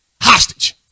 hostage